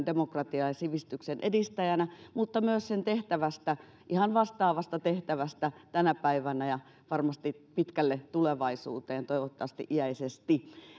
demokratian ja sivistyksen edistäjänä kautta historian mutta myös sen tehtävästä ihan vastaavasta tehtävästä tänä päivänä ja varmasti pitkälle tulevaisuuteen toivottavasti iäisesti